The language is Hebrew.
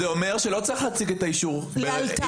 זה אומר שלא צריך להציג את האישור לאלתר.